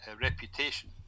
reputation